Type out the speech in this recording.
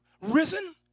risen